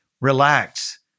relax